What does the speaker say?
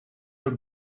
your